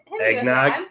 Eggnog